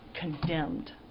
condemned